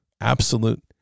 absolute